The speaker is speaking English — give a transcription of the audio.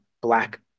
black